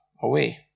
away